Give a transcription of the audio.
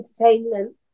entertainment